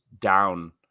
down